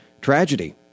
Tragedy